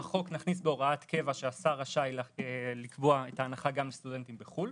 בחוק נכניס בהוראת קבע שהשר רשאי לקבוע את ההנחה גם לסטודנטים בחו"ל